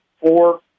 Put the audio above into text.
four